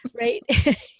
Right